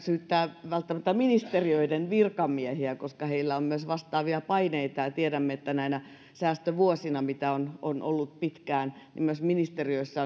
syyttää välttämättä ministeriöiden virkamiehiä koska heillä on myös vastaavia paineita tiedämme että näinä säästövuosina mitä on on ollut pitkään myös ministeriöissä